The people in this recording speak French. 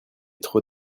trop